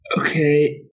Okay